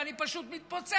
ואני פשוט מתפוצץ.